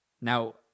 Now